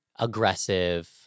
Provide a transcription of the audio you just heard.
aggressive